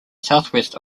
southwest